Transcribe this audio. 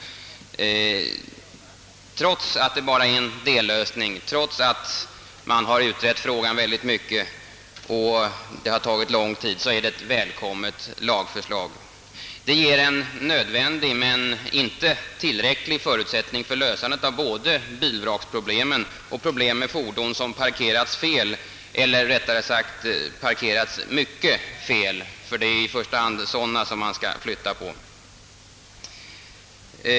Trots att den grundliga utredningen endast lett till förslag om en dellösning är det ett välkommet lagförslag. Det ger en nödvändig — men inte tillräcklig — förutsättning för lösande av såväl bilvraksproblemet som problemen med fordon som parkerats fel eller rättare sagt 1 hög grad felaktigt. Det är ju i första hand grovt felparkerade bilar som skall flyttas.